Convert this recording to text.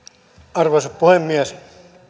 arvoisa puhemies